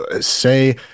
say